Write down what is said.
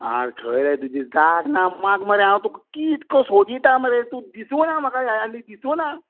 आरे खंय रे तुजी जाग ना माग मरे हांव तुका कितको सोदीता मरे तूं दिसूंक ना म्हाका दिसूंक ना